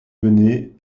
venait